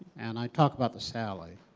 and i talk about the sally,